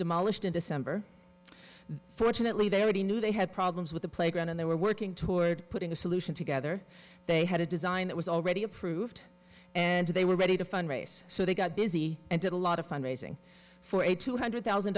demolished in december fortunately they already knew they had problems with the playground and they were working toward putting a solution together they had a design that was already approved and they were ready to fundraise so they got busy and did a lot of fund raising for a two hundred thousand